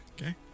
Okay